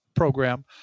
program